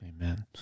Amen